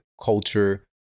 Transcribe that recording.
culture